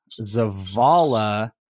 zavala